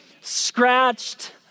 scratched